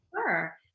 Sure